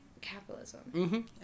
capitalism